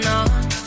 on